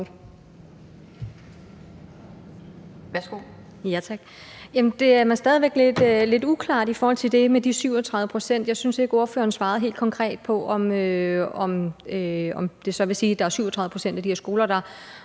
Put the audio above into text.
Det er mig stadig væk lidt uklart i forhold til det med de 37 pct. Jeg synes ikke, ordføreren svarer helt konkret på, om det så vil sige, at der er 37 pct. af de her skoler, der